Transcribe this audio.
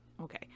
Okay